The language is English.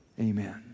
amen